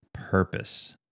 purpose